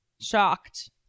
shocked